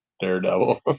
Daredevil